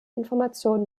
informationen